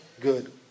good